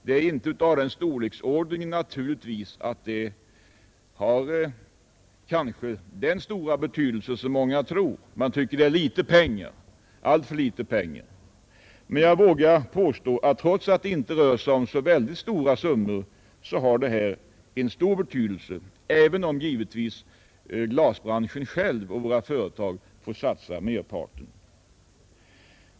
Det är naturligtvis inte av den storleksordningen att det har den stora betydelse som många kanske tror. Man tycker att det är alltför litet pengar, men jag vågar påstå att trots att det inte rör sig om så väldigt stora summor har det stor betydelse, även om givetvis glasbranschen själv och dess företag får satsa merparten.